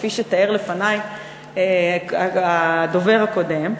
כפי שתיאר לפני הדובר הקודם,